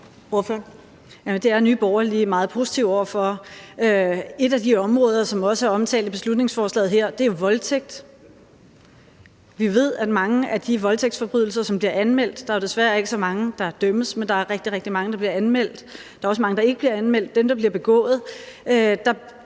Det er Nye Borgerlige meget positive over for. Et af de områder, som også er omtalt i beslutningsforslaget her, er jo voldtægt. Vi ved, at af de voldtægtsforbrydelser, som bliver begået og anmeldt – der er jo desværre ikke så mange, der dømmes, men der er rigtig, rigtig mange, der bliver anmeldt, der er også mange, der ikke bliver anmeldt – begås